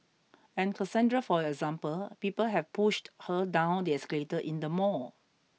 and Cassandra for example people have pushed her down the escalator in the mall